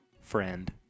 friend